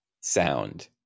sound